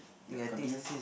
continue